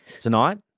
tonight